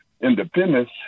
independence